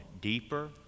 deeper